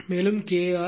மேலும் Kr1